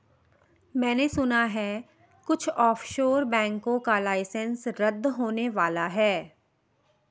मैने सुना है कुछ ऑफशोर बैंकों का लाइसेंस रद्द होने वाला है